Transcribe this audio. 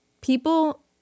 people